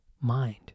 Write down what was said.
mind